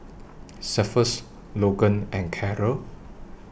Cephus Logan and Karel